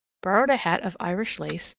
borrowed a hat of irish lace,